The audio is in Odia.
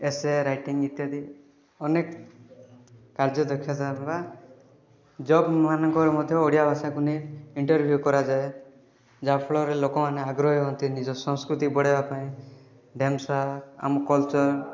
ଏସେ ରାଇଟିଙ୍ଗ୍ ଇତ୍ୟାଦି ଅନେକ କାର୍ଯ୍ୟ ଦକ୍ଷତା ବା ଜବ୍ମାନଙ୍କରେ ମଧ୍ୟ ଓଡ଼ିଆ ଭାଷାକୁ ନେଇ ଇଣ୍ଟରଭ୍ୟୁ କରାଯାଏ ଯାହାଫଳରେ ଲୋକମାନେ ଆଗ୍ରହୀ ହୁଅନ୍ତି ନିଜ ସଂସ୍କୃତି ବଢ଼େଇବାପାଇଁ ଡ୍ୟାନ୍ସ ଆମ କଲଚର୍